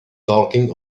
talking